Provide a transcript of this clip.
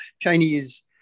Chinese